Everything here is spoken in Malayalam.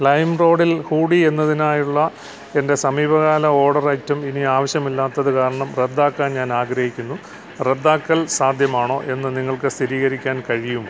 ലൈമ്റോഡിൽ ഹൂഡി എന്നതിനായുള്ള എന്റെ സമീപകാല ഓർഡർ ഐറ്റം ഇനി ആവശ്യമില്ലാത്തത് കാരണം റദ്ദാക്കാൻ ഞാൻ ആഗ്രഹിക്കുന്നു റദ്ദാക്കൽ സാധ്യമാണോ എന്ന് നിങ്ങൾക്ക് സ്ഥിരീകരിക്കാൻ കഴിയുമോ